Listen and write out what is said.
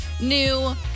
new